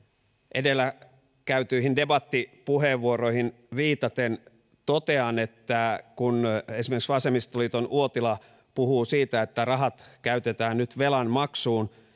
edellä käytettyihin debattipuheenvuoroihin viitaten totean että kun esimerkiksi vasemmistoliiton uotila puhuu siitä että rahat käytetään nyt velanmaksuun